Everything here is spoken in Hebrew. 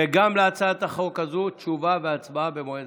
וגם להצעת החוק הזו תשובה והצבעה במועד